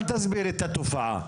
אל תסבירי את התופעה,